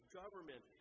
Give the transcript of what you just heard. government